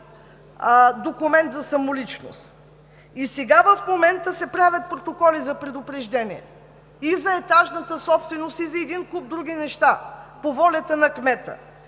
документ за самоличност, и сега се правят протоколи за предупреждение – и за етажната собственост, и за един куп други неща – по волята на кмета.